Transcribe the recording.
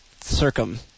circum